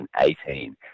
2018